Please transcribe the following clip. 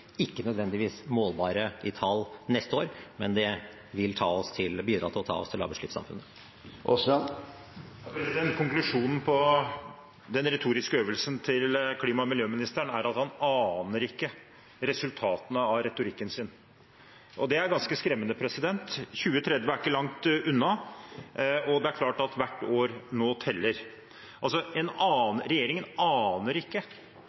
ikke nødvendigvis målbare i tall neste år, men det vil bidra til å ta oss til lavutslippssamfunnet. Konklusjonen på den retoriske øvelsen til klima- og miljøministeren er at han ikke aner resultatene av retorikken sin. Det er ganske skremmende. 2030 er ikke langt unna, og det er klart at hvert år nå teller. Regjeringen aner ikke